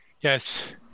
Yes